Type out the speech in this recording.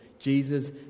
Jesus